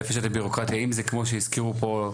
לפשט את הבירוקרטיה, אם זה כמו שהזכירו פה,